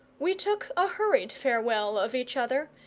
we took a hurried farewell of each other,